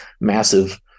massive